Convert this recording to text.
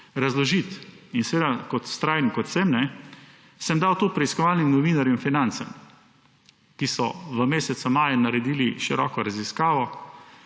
razložiti. In seveda, vztrajen kot sem, sem dal to preiskovalnim novinarjem in Financam, ki so v mesecu maju naredili široko raziskavo,